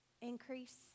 increase